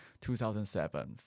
2007